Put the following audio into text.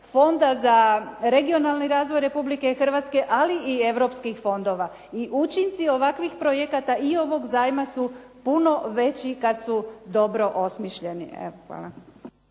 Fonda za regionalni razvoj Republike Hrvatske ali i europskih fondova i učinci ovakvih projekata i ovog zajma su puno veći kada su dobro osmišljeni.